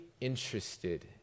interested